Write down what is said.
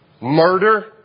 Murder